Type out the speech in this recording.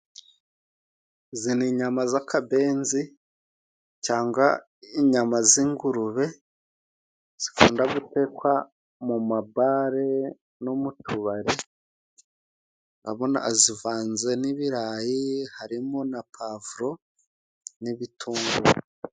Izi ni inyama z'akabenzi cyangwa inyama z'ingurube，zikunda gutekwa mu mabare no mu tubari， urabona azivanze n'ibirayi， harimo na pavuro n'ibitunguru.